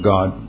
God